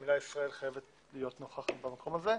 שהמילה ישראל חייבת להיות נוכחת במקום הזה.